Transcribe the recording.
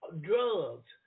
drugs